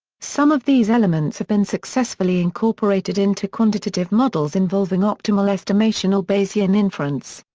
some of these elements have been successfully incorporated into quantitative models involving optimal estimation or bayesian inference.